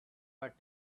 but